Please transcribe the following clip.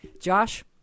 Josh